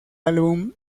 álbum